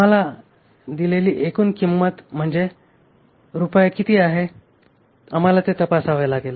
आम्हाला दिलेली एकूण किंमत म्हणजे रुपये किती आहेत आम्हाला ते तपासावे लागेल